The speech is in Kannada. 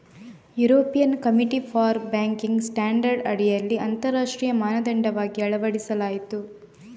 European committee for banking standard ಅಡಿಯಲ್ಲಿ ಅಂತರರಾಷ್ಟ್ರೀಯ ಮಾನದಂಡವಾಗಿ ಅಳವಡಿಸಲಾಯಿತು